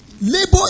labor